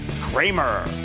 Kramer